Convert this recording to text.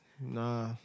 Nah